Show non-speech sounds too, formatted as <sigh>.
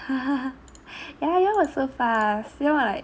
<laughs> ya ya you all were so fast you all were like